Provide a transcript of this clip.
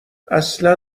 اصلا